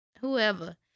Whoever